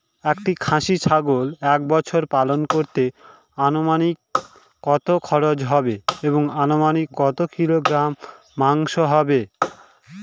একটি খাসি ছাগল এক বছর পালন করতে অনুমানিক কত খরচ হবে এবং অনুমানিক কত কিলোগ্রাম মাংস হবে?